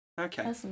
Okay